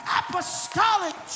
apostolic